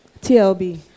TLB